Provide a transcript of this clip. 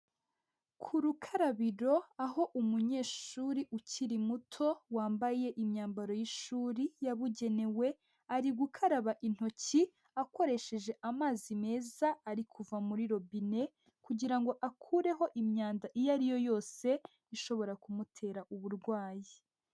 Ku rukarabiro aho umunyeshuri ukiri muto wambaye imyambaro y'ishuri yabugenewe, ari gukaraba intoki akoresheje amazi meza ari kuva muri robine, kugira ngo akureho imyanda iyo ari yo yose ishobora kumutera uburwayi.